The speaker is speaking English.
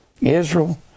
Israel